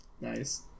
Nice